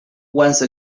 once